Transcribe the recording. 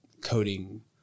coding